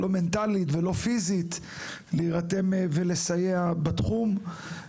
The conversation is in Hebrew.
לא מנטלית ולא פיזית להירתם ולסייע בתחום.